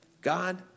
God